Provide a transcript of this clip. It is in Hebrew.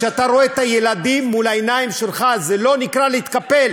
כשאתה רואה את הילדים מול העיניים שלך זה לא נקרא להתקפל.